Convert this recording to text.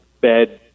bed